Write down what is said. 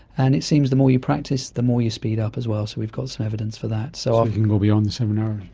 and it seems the more you practice the more you speed up as well, so we've got some evidence for that. so um you can go beyond the seven hours.